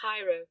Cairo